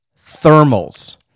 thermals